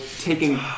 taking